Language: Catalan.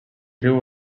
riu